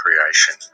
creation